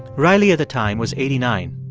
riley, at the time, was eighty nine.